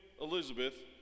Elizabeth